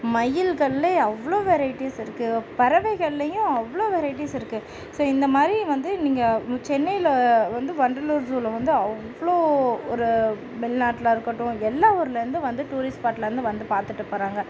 மயில்களிலே அவ்வளோ வெரைட்டீஸ் இருக்குது பறவைகளிலேயும் அவ்வளோ வெரைட்டீஸ் இருக்குது ஸோ இந்த மாதிரி வந்து நீங்கள் சென்னையில் வந்து வண்டலூர் ஸூவில் வந்து அவ்வளோ ஒரு வெளிநாட்ல இருக்கட்டும் எல்லா ஊரில் இருந்தும் வந்து டூரிஸ்ட் ஸ்பாட்லேந்து வந்து பார்த்துட்டு போகிறாங்க